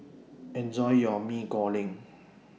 Enjoy your Mee Goreng